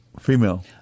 Female